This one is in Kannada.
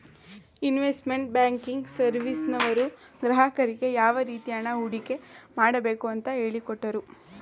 ಇನ್ವೆಸ್ಟ್ಮೆಂಟ್ ಬ್ಯಾಂಕಿಂಗ್ ಸರ್ವಿಸ್ನವರು ಗ್ರಾಹಕರಿಗೆ ಯಾವ ರೀತಿ ಹಣ ಹೂಡಿಕೆ ಮಾಡಬೇಕು ಅಂತ ಹೇಳಿಕೊಟ್ಟರು